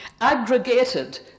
Aggregated